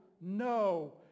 no